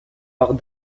hors